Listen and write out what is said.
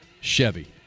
Chevy